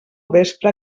vespre